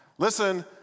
Listen